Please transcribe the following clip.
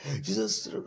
Jesus